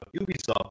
ubisoft